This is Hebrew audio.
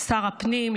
שר הפנים,